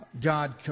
God